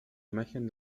imagen